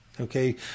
Okay